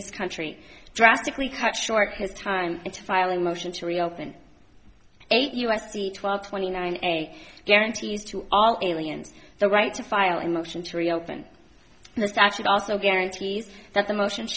this country drastically cut short his time to file a motion to reopen eight u s c twelve twenty nine a guarantees to all aliens the right to file in motion to reopen and this actually also guarantees that the motion